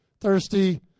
thirsty